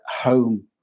home